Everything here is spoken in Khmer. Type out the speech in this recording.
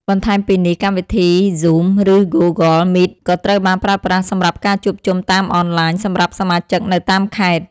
បន្ថែមពីនេះ កម្មវិធី ហ្ស៊ូម ឬ ហ្គូហ្គល មីត ក៏ត្រូវបានប្រើប្រាស់សម្រាប់ការជួបជុំតាមអនឡាញសម្រាប់សមាជិកនៅតាមខេត្ត។